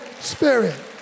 Spirit